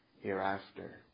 hereafter